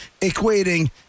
equating